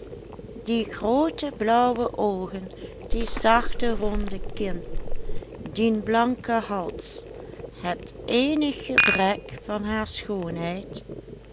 die groote blauwe oogen die zachte ronde kin dien blanken hals het eenig gebrek van haar schoonheid